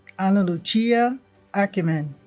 analucia ackermann